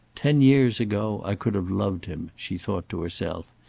ten years ago, i could have loved him, she thought to herself,